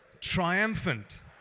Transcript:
triumphant